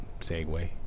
segue